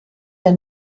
der